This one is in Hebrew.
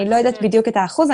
אני לא יודעת בדיוק את האחוזים.